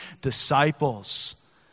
disciples